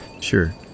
sure